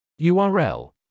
url